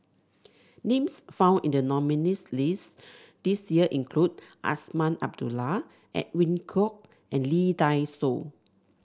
names found in the nominees' list this year include Azman Abdullah Edwin Koek and Lee Dai Soh